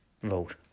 vote